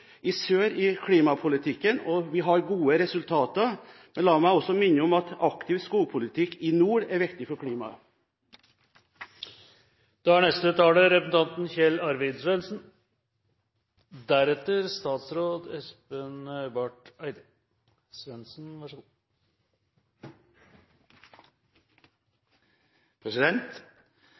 i sør i klimapolitikken, og vi har gode resultater, men la meg også minne om at aktiv skogpolitikk i nord er viktig for klimaet. Også i år er